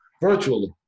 virtually